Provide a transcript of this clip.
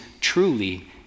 truly